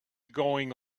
going